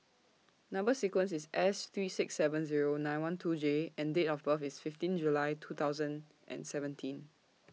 Number sequence IS S three six seven Zero nine one two J and Date of birth IS fifteen July two thousand and seventeen